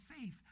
faith